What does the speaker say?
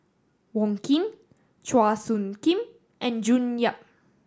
Wong Keen Chua Soo Khim and June Yap